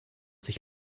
sich